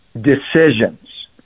decisions